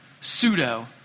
Pseudo